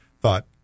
thought